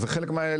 זה חלק.